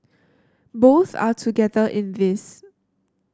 both are together in this